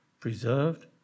preserved